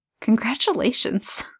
congratulations